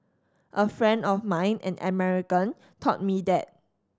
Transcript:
a friend of mine an American taught me that